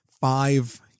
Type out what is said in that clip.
five